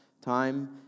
time